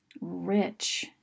rich